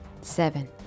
Seven